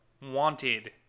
wanted